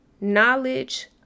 knowledge